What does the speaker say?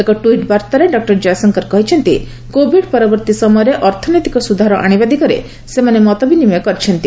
ଏକ ଟ୍ୱିଟ୍ ବାର୍ତ୍ତାରେ ଡକ୍ଟର ଜୟଶଙ୍କର କହିଛନ୍ତି କୋଭିଡ୍ ପରବର୍ତ୍ତୀ ସମୟରେ ଅର୍ଥନୈତିକ ସୁଧାର ଆଶିବା ଦିଗରେ ସେମାନେ ମତବିନିମୟ କରିଛନ୍ତି